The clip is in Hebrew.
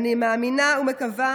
ואני מאמינה ומקווה